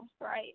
right